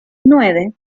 nueve